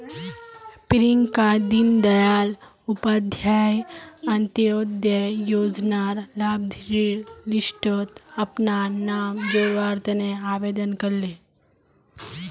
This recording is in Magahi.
प्रियंका दीन दयाल उपाध्याय अंत्योदय योजनार लाभार्थिर लिस्टट अपनार नाम जोरावर तने आवेदन करले